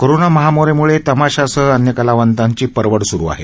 corona महामारीमुळे तमाशासह अन्य कलावंतांची परवड सुरू आहे